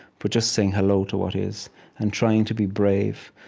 but just saying hello to what is and trying to be brave,